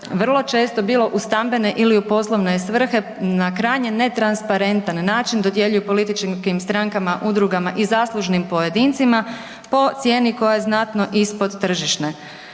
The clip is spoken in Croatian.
vrlo često bilo u stambene ili u poslovne svrhe na krajnje netransparentan način dodjeljuju političkim strankama, udrugama i zaslužnim pojedincima po cijeni koja je znatno ispod tržišne.